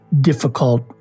difficult